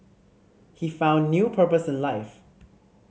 he found new purpose in life